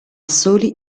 soli